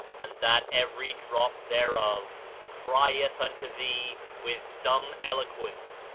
and that every drop thereof crieth unto thee with dumb elo quence,